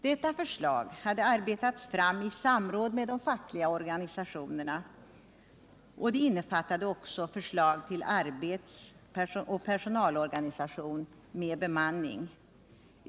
Detta förslag hade arbetats fram i samråd med de fackliga organisationerna och det innefattade också förslag till arbets-personalorganisation med bemanning.